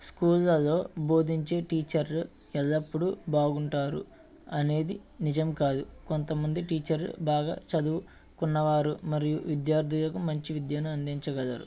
స్కూళ్లల్లో భోదించే టీచర్లు ఎల్లప్పుడూ బాగుంటారు అనేది నిజం కాదు కొంతమంది టీచర్లు బాగా చదువుకున్నవారు మరియు విద్యార్థులకు మంచి విద్యను అందించగలరు